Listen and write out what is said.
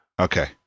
Okay